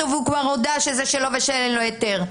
והוא כבר הודה שזה שלו ושאין לו היתר?